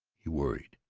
he worried.